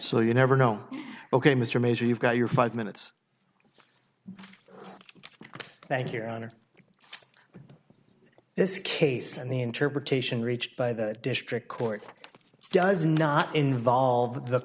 so you never know ok mr mays you've got your five minutes thank your honor this case and the interpretation reached by the district court does not involve the